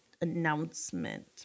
announcement